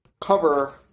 cover